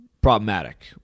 problematic